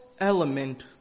element